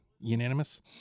unanimous